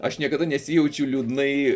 aš niekada nesijaučiu liūdnai